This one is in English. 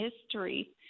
history